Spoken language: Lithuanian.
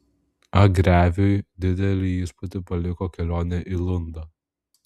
a greviui didelį įspūdį paliko kelionė į lundą